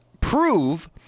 prove